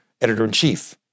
editor-in-chief